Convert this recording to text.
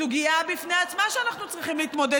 זו סוגיה בפני עצמה שאנחנו צריכים להתמודד